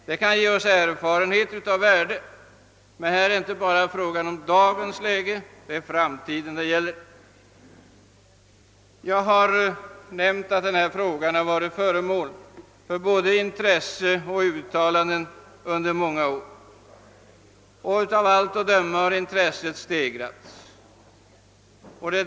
Det kan ge oss erfarenheter av värde. Det är inte bara fråga om dagens läge; det är framtiden det gäller. Jag har nämnt att denna fråga har varit föremål för intresse och uttalanden under många år och att detta intresse har stegrats.